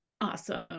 Awesome